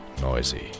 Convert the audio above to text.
noisy